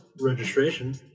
registration